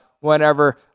whenever